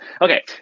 Okay